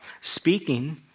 speaking